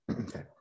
Okay